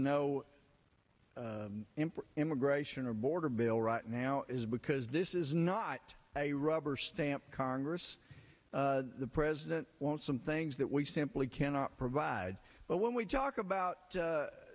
no immigration or border bill right now is because this is not a rubber stamp congress the president wants some things that we simply cannot provide but when we talk about